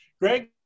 Greg